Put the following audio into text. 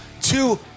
Two